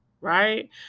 right